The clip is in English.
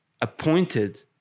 appointed